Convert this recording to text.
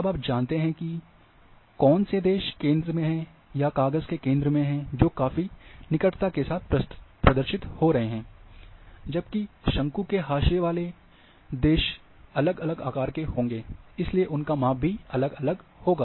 अब आप जानते हैं कि कौन से देश केंद्र में हैं या काग़ज़ के केंद्र में हैं जो काफ़ी निकटता के साथ प्रदर्शित हो रहे हैं जबकि शंकु के हाशिए वाले देशों के अलग अलग आकार के होंगे इसलिए उनका माप भी अलग होगा